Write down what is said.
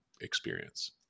experience